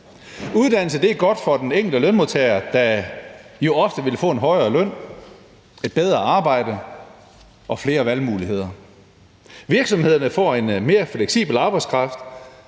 Uddannelse er godt for den enkelte lønmodtager, der jo ofte vil få en højere løn, et bedre arbejde og flere valgmuligheder. Virksomhederne får en mere fleksibel arbejdskraft,